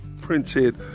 printed